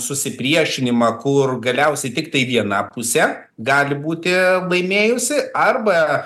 susipriešinimą kur galiausiai tiktai viena pusė gali būti laimėjusi arba